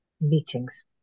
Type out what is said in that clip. meetings